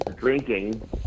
drinking